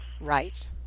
Right